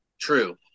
True